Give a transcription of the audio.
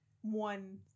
one